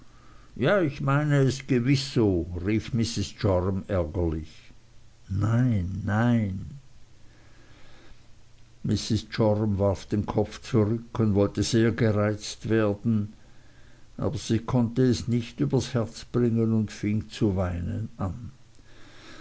ja ich meine es gewiß so rief mrs joram ärgerlich nein nein mrs joram warf den kopf zurück und wollte sehr gereizt werden aber sie konnte es nicht übers herz bringen und fing zu weinen an